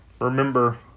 remember